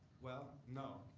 well no,